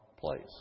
place